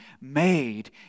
made